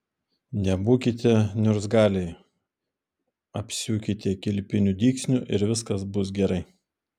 nebūkite niurzgaliai apsiūkite kilpiniu dygsniu ir viskas bus gerai